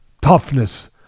Toughness